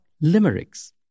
Limericks